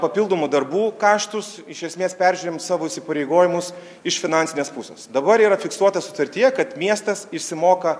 papildomų darbų kaštus iš esmės peržiūrim savo įsipareigojimus iš finansinės pusės dabar yra fiksuota sutartyje kad miestas išsimoka